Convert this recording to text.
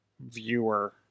viewer